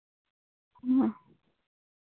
ᱦᱩᱸ